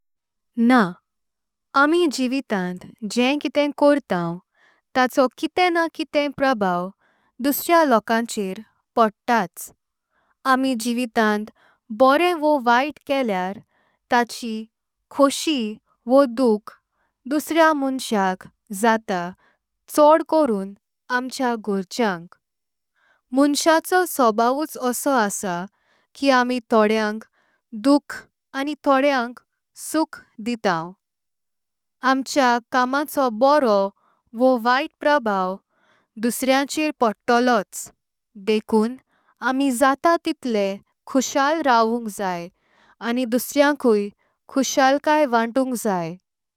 ना आमी जीवितांत जे म्हटलेलां ते कशाकी न कोण। देवर परभाव दुसऱ्या लोकांचर पडताच आमी जीवितांत। भोरें वयत केल्यार ताची खुशी व दुख दुसऱ्या माणसाक। जाता छोड करून आमच्या घोरचेंक माणसां चा। स्वाभावूच असो असा की आमी तोदेंक दुख आनी। तोदेंक सुख दीतां आमच्या कामाचो बरो वयत परभाव। दुसऱ्यां चार पडतोलोच देवखून आमी जाता टिट्लें। खुशी रवूनक जायआनी दुसऱ्यांकुई खुशी वांटनक जाय।